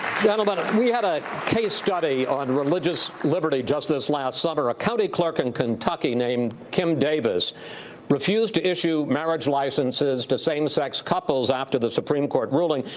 gentlemen, we had a case study on religious liberty just this last summer. a county clerk in kentucky named kim davis refused to issue marriage licenses to same-sex couples after the supreme court ruling,